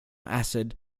acid